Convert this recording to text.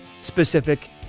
specific